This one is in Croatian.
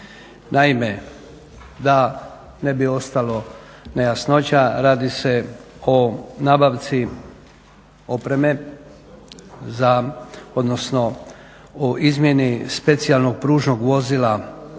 Naime, da ne bi ostalo nejasnoća, radi se o nabavci odnosno o izmjeni specijalnog pružnog vozila